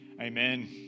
Amen